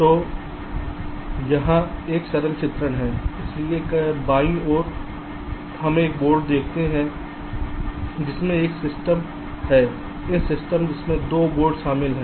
तो यहाँ एक सरल चित्रण है इसलिए बाईं ओर हम एक बोर्ड देखते हैं जिसमें एक सिस्टम है इस सिस्टम जिसमें 2 बोर्ड शामिल हैं